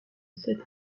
sept